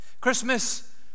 Christmas